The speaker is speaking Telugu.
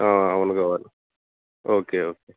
అవును కావాలి ఓకే ఓకే